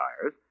tires